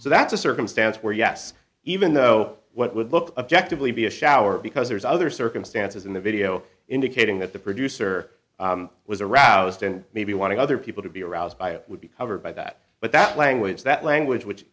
so that's a circumstance where yes even though what would look objectively be a shower because there's other circumstances in the video indicating that the producer was aroused and maybe want to other people to be aroused by it would be covered by that but that language that language which